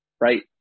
right